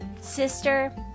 Sister